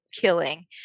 killing